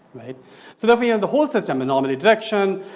so there we have the whole system anomaly direction,